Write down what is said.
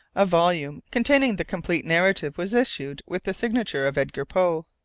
a volume containing the complete narrative was issued with the signature of edgar poe.